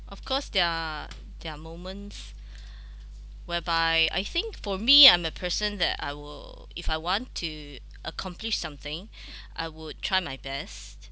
of course there are there are moments whereby I think for me I'm a person that I will if I want to accomplish something I would try my best